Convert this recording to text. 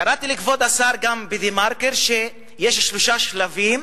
קראתי, כבוד השר, גם ב"דה מרקר", שיש שלושה שלבים: